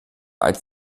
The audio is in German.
als